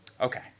Okay